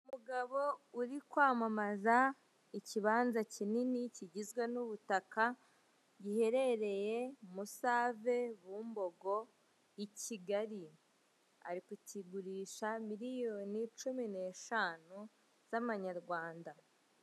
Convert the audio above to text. Umugabo uri kwamamaza ikibanza kinini kigizwe n'ubutaka giherereye Musave, Bumbogo i Kigali ari kukigurisha miliyoni cumi n'eshanu z'amanyarwanda.